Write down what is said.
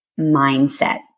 mindset